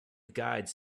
guides